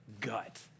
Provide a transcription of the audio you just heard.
gut